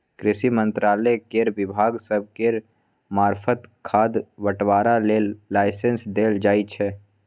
कृषि मंत्रालय केर विभाग सब केर मार्फत खाद बंटवारा लेल लाइसेंस देल जाइ छै